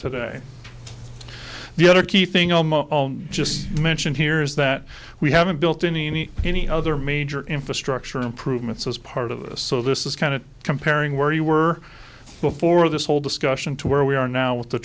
today the other key thing almost just mentioned here is that we haven't built any any any other major infrastructure improvements as part of this so this is kind of comparing where you were before this whole discussion to where we are now with the